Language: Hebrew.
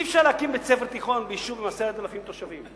אי-אפשר להקים בית-ספר תיכון ביישוב עם 10,000 תושבים.